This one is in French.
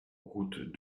route